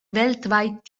weltweit